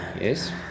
Yes